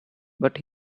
but